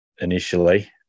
initially